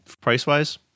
price-wise